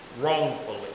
wrongfully